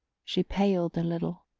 she paled a little.